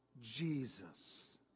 Jesus